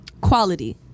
quality